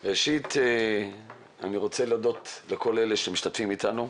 ראשית, אני רוצה להודות לכל אלה שמשתתפים איתנו,